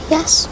Yes